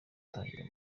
gutangira